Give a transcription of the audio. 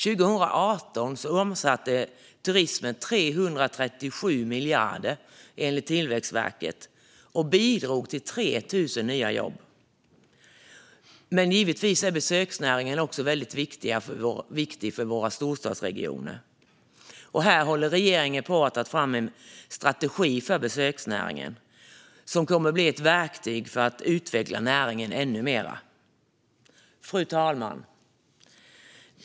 År 2018 omsatte turismen 337 miljarder enligt Tillväxtverket och bidrog till 3 000 nya jobb. Givetvis är besöksnäringen också väldigt viktig för våra storstadsregioner. Här håller regeringen på att ta fram en strategi för besöksnäringen som kommer att bli ett verktyg för att utveckla näringen ännu mer. Fru talman!